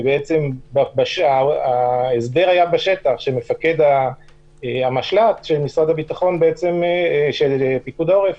ובעצם ההסדר היה בשטח שמפקד המשל"ט של פיקוד העורף